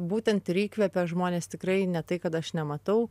būtent ir įkvepia žmones tikrai ne tai kad aš nematau